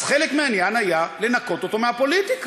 אז חלק מהעניין היה לנקות אותו מהפוליטיקה.